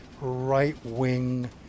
right-wing